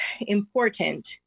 important